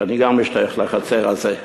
וגם אני משתייך לחצר הזאת.